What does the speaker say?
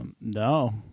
no